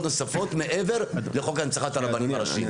נוספות מעבר לחוק להנצחת הרבנים הראשיים.